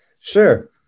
Sure